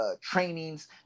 trainings